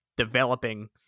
developing